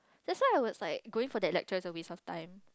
that's why I was like going for that lecture is a waste of time